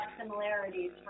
similarities